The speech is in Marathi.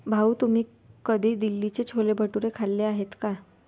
भाऊ, तुम्ही कधी दिल्लीचे छोले भटुरे खाल्ले आहेत का?